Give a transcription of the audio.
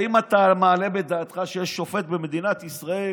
האם אתה מעלה בדעתך שיש שופט במדינת ישראל